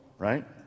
Right